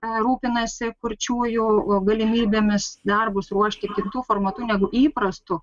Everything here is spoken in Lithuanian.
rūpinasi kurčiųjų galimybėmis darbus ruošti kitu formatu negu įprastu